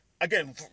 again